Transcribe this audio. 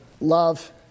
love